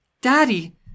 Daddy